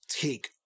take